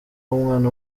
w’umwana